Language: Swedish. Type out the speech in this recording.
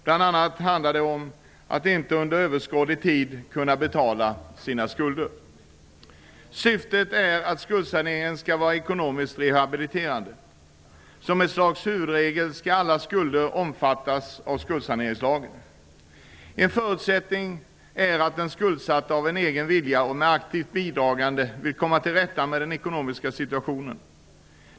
Bl.a. handlar det om att man inte kan betala sina skulder under överskådlig tid. Syftet är att skuldsaneringen skall vara ekonomiskt rehabiliterande. Som ett slags huvudregel skall alla skulder omfattas av skuldsaneringslagen. En förutsättning är att den skuldsatte av egen vilja och med aktivt bidragande vill komma till rätta med sin ekonomiska situation.